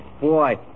Boy